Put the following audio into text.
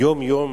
ביום-יום